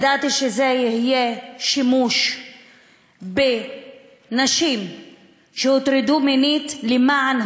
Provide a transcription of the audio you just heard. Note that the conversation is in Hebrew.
ידעתי שיהיה שימוש בנשים שהוטרדו מינית למען